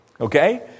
Okay